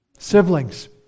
Siblings